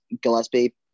Gillespie